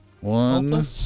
One